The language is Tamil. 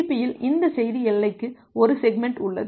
TCP யில் இந்த செய்தி எல்லைக்கு ஒரு செக்மெண்ட் உள்ளது